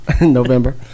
November